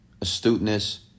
astuteness